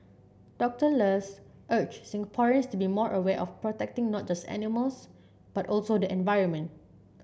Doctor Luz urged Singaporeans to be more aware of protecting not just animals but also the environment